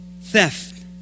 theft